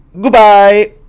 Goodbye